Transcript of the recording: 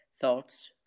thoughts